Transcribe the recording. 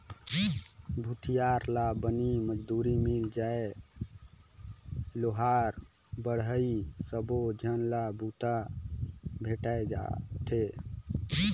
भूथियार ला बनी मजदूरी मिल जाय लोहार बड़हई सबो झन ला बूता भेंटाय जाथे